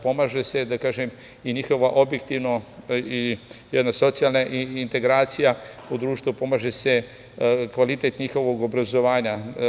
Pomaže se, da kažem, i njihova objektivno jedna socijalna integracija u društvu, pomaže se kvalitet njihovog obrazovanja.